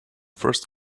first